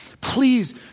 please